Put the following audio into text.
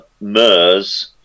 MERS